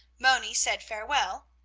moni said farewell,